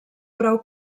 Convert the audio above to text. prou